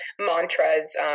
mantras